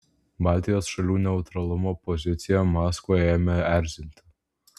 baltijos šalių neutralumo pozicija maskvą ėmė erzinti